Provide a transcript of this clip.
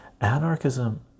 Anarchism